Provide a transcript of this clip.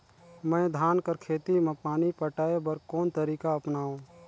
मैं धान कर खेती म पानी पटाय बर कोन तरीका अपनावो?